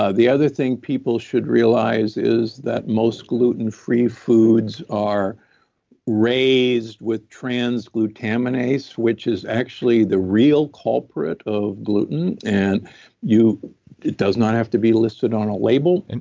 ah the other thing people should realize is that most gluten-free foods are raised with trans glutaminase, which is actually the real culprit of gluten. and it does not have to be listed on a label, and